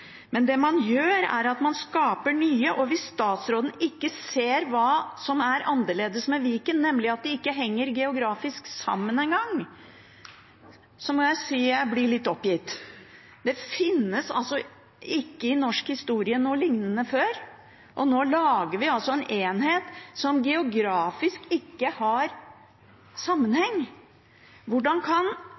men det man gjør, er at man skaper nye. Hvis statsråden ikke ser hva som er annerledes med Viken, nemlig at det ikke engang henger sammen geografisk, må jeg si jeg blir litt oppgitt. Det finnes altså ikke noe lignende i norsk historie, og nå lager vi en enhet som ikke henger sammen geografisk. Hvordan kan